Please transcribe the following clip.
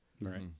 right